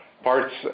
parts